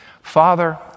Father